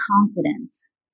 confidence